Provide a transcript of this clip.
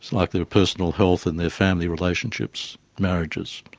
like their personal health and their family relationships, marriages.